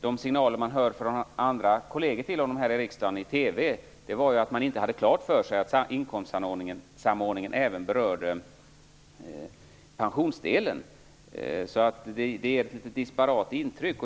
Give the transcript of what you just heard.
De signaler man fick från kolleger till honom i TV var att de inte hade klart för sig att inkomstsamordningen även berörde pensionsdelen, vilket ger ett disparat intryck.